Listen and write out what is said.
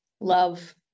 love